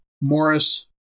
Morris